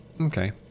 Okay